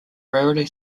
rarely